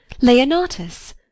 Leonatus